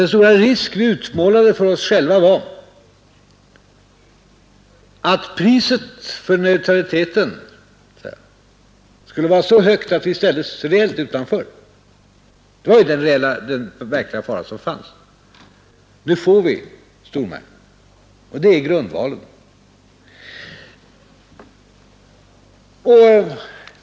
Den stora risk vi utmålade för oss själva var att priset för neutraliteten skulle bli så högt att vi ställdes reellt utanför. Det var den verkliga fara som fanns. Nu får vi stormarknaden, och det är grundvalen.